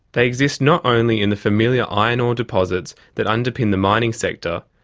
they exist not only in the familiar iron ore deposits that underpin the mining sector,